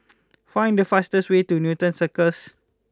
find the fastest way to Newton Circus